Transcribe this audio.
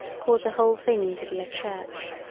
cause a whole thing to be a church.